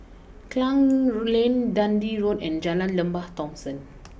Klang Lane Dundee Road and Jalan Lembah Thomson